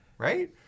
Right